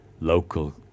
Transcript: local